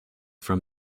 from